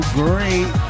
great